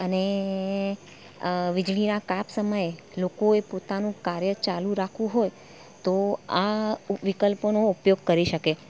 અને વીજળીના કાપ સમયે લોકોએ પોતાનું કાર્ય ચાલુ રાખવું હોય તો આ વિકલ્પોનો ઉપયોગ કરી શકે